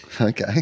Okay